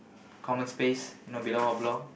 common space you know below our block